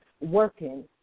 working